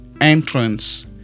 Entrance